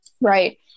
Right